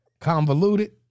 Convoluted